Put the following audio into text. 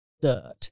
dirt